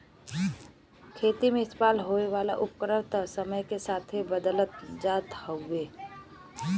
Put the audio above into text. खेती मे इस्तेमाल होए वाला उपकरण त समय के साथे बदलत जात हउवे